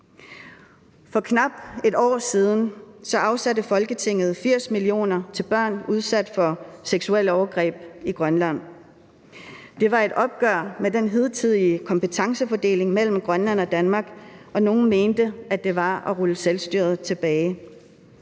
For knap et år siden afsatte Folketinget 80 mio. kr. til børn udsat for seksuelle overgreb i Grønland. Det var et opgør med den hidtidige kompetencefordeling mellem Grønland og Danmark, og nogle mente, at det var at rulle selvstyret tilbage.